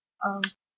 um